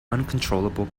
uncontrollable